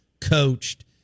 coached